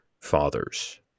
fathers